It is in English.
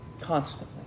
constantly